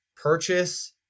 Purchase